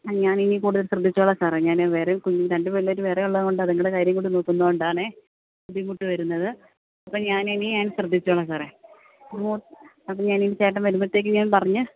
ആ ഞാൻ ഇനി കൂടുതൽ ശ്രദ്ധിച്ചോളാം സാറെ ഞാൻ വേറെ കുഞ്ഞ് രണ്ട് പിള്ളേർ വേറെ ഉള്ളതോണ്ട് അതിങ്ങടെ കാര്യം കൂടെ നോക്കുന്നത് കൊണ്ടാണേ ബുദ്ധിമുട്ട് വരുന്നത് അപ്പോൾ ഞാനിനി ഞാൻ ശ്രദ്ധിച്ചോളാം സാറേ അപ്പോൾ ഞാനിനി ചേട്ടൻ വരുമ്പോഴത്തേക്ക് ഞാൻ പറഞ്ഞ്